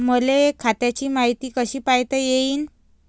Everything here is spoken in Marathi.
मले खात्याची मायती कशी पायता येईन?